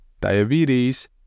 diabetes